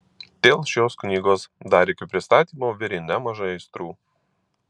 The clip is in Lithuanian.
dėl šios knygos dar iki pristatymo virė nemažai aistrų